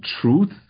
truth